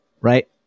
right